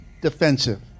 defensive